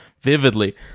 vividly